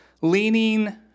leaning